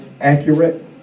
accurate